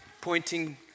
pointing